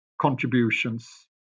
contributions